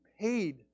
paid